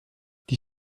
die